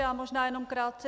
Já možná jenom krátce.